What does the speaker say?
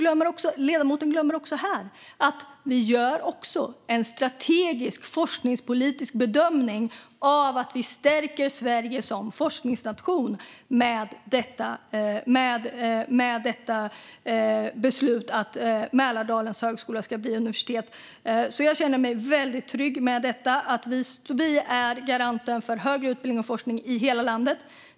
Ledamoten glömmer också att vi även gör en strategisk forskningspolitisk bedömning av att vi stärker Sverige som forskningsnation genom beslutet att Mälardalens högskola ska bli universitet. Jag känner mig väldigt trygg med detta. Vi är garanten för högre utbildning och forskning i hela landet.